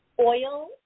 Oil